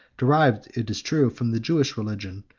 derived, it is true, from the jewish religion,